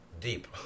deep